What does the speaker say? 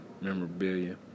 memorabilia